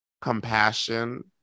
compassion